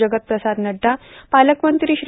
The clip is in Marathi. जगतप्रसाद नहा पालकमंत्री श्री